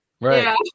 Right